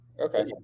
Okay